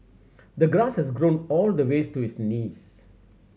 the grass has grown all the ways to his knees